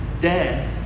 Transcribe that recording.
death